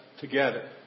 together